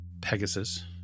Pegasus